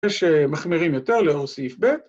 יש מחמירים יותר לאור סעיף בית.